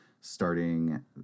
starting